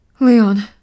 Leon